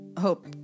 hope